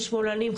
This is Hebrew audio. שמאלנים,